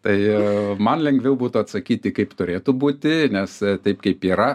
tai man lengviau būtų atsakyti kaip turėtų būti nes taip kaip yra